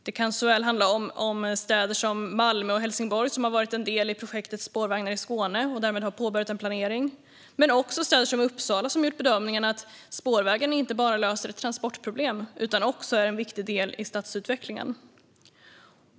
Det kan handla om städer som Malmö och Helsingborg, som har varit en del i projektet Spårvagnar i Skåne och därmed har påbörjat en planering, såväl som städer som Uppsala som har gjort bedömningen att spårvägen inte bara löser ett transportproblem utan också är en viktig del i stadsutvecklingen.